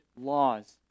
laws